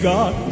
God